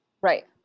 Right